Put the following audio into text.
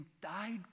died